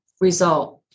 result